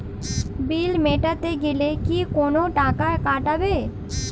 বিল মেটাতে গেলে কি কোনো টাকা কাটাবে?